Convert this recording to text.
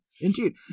Indeed